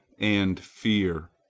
and fear.